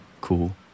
cool